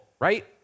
right